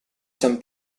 san